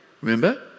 Remember